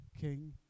King